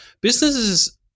businesses